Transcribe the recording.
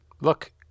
look